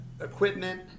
equipment